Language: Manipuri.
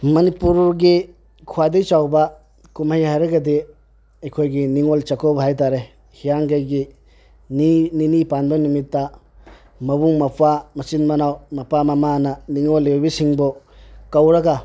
ꯃꯅꯤꯄꯨꯔꯒꯤ ꯈ꯭ꯋꯥꯏꯗꯩ ꯆꯥꯎꯕ ꯀꯨꯝꯍꯩ ꯍꯥꯏꯔꯒꯗꯤ ꯑꯩꯈꯣꯏꯒꯤ ꯅꯤꯡꯉꯣꯜ ꯆꯥꯛꯀꯧꯕ ꯍꯥꯏꯇꯥꯔꯦ ꯍꯤꯌꯥꯡꯒꯩꯒꯤ ꯅꯤꯅꯤ ꯄꯥꯟꯕ ꯅꯨꯃꯤꯠꯇ ꯃꯕꯨꯡ ꯃꯧꯄꯥ ꯃꯆꯤꯟ ꯃꯅꯥꯎ ꯃꯄꯥ ꯃꯃꯥꯅ ꯅꯤꯡꯉꯣꯜ ꯑꯣꯏꯕꯤꯁꯤꯡꯕꯨ ꯀꯧꯔꯒ